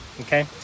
Okay